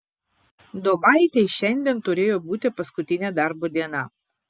duobaitei šiandien turėjo būti paskutinė darbo diena